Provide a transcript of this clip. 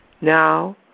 now